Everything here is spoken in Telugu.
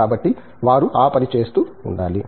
కాబట్టి వారు ఆ పని చేస్తూ ఉండాలి